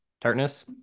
tartness